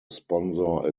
sponsor